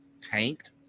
tanked